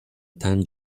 tan